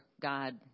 God